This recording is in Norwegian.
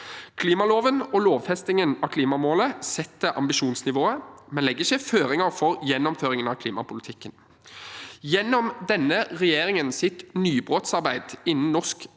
Klimaloven og lovfestingen av klimamålet setter ambisjonsnivået, men legger ikke føringer for gjennomføringen av klimapolitikken. Gjennom denne regjeringens nybrottsarbeid innen norsk